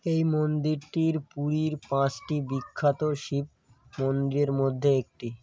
এই মন্দিরটির পুরীর পাঁচটি বিখ্যাত শিব মন্দির মধ্যে একটি